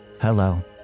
Hello